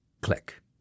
click